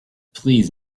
please